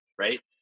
Right